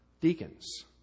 deacons